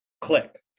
click